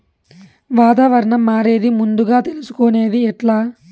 వాతావరణం మారేది ముందుగా తెలుసుకొనేది ఎట్లా?